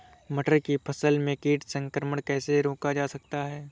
मटर की फसल में कीट संक्रमण कैसे रोका जा सकता है?